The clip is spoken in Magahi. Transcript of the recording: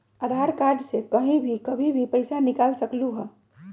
आधार कार्ड से कहीं भी कभी पईसा निकाल सकलहु ह?